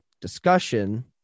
discussion